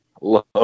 love